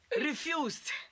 refused